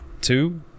two